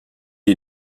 est